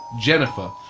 Jennifer